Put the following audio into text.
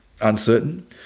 uncertain